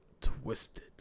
twisted